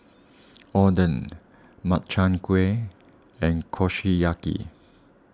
Oden Makchang Gui and Kushiyaki